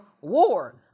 war